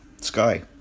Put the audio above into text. Sky